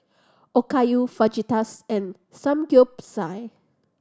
Okayu Fajitas and Samgyeopsal